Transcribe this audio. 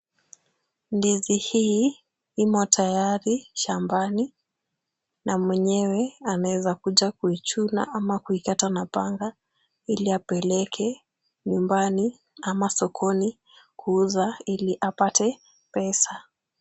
Ndizi hii imo tayari shambani na mwenyewe anaweza kuja kuichuna, ama kuikata na panga ili apeleke nyumbani ama sokoni kuuza, ili apate pesa.